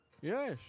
Yes